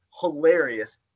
hilarious